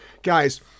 Guys